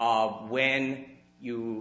of when you